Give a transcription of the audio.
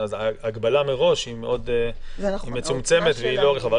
כך שההגבלה מראש מצומצמת מאוד ולא רחבה.